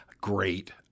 great